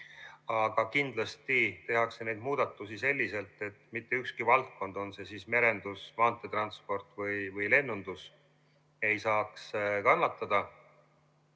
aga kindlasti tehakse neid muudatusi selliselt, et mitte ükski valdkond, on see merendus, maanteetransport või lennundus, ei saaks kannatada.